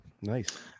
Nice